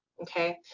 okay?